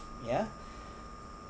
ya